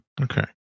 Okay